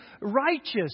righteous